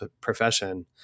profession